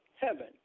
heaven